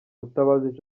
mutabazi